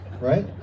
right